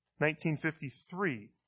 1953